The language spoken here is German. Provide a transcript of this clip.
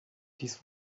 dies